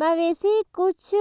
मवेशी कुछ